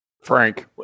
Frank